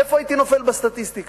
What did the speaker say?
איפה הייתי נופל בסטטיסטיקה?